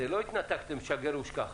לא התנתקתם "שגר ושכח".